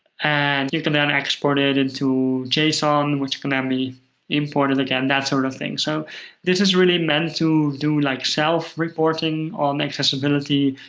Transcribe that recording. and you can then export it into json, which can then be imported again, that sort of thing. so this is really meant to do like self-reporting on accessibility,